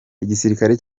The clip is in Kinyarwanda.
igisirikare